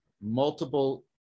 multiple